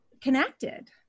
connected